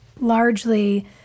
largely